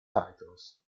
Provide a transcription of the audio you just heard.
titles